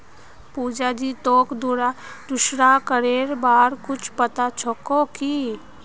पुजा जी, तोक दूसरा करेर बार कुछु पता छोक की